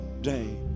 day